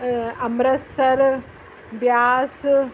Amritsar Vyas